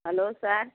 hello sir